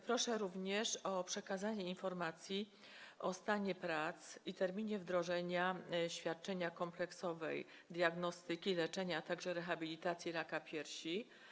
Proszę również o przekazanie informacji o stanie prac i terminie wdrożenia świadczenia kompleksowej diagnostyki, leczenia, a także rehabilitacji w zakresie raka piersi.